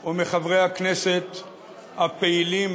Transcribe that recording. הוא מחברי הכנסת הפעילים,